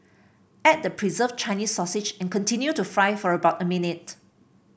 add the preserved Chinese sausage and continue to fry for about a minute